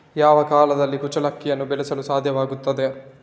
ಯಾವ ಕಾಲದಲ್ಲಿ ಕುಚ್ಚಲಕ್ಕಿಯನ್ನು ಬೆಳೆಸಲು ಸಾಧ್ಯವಾಗ್ತದೆ?